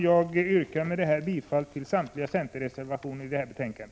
Jag yrkar med det anförda bifall till samtliga centerreservationer i detta betänkande.